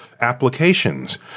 applications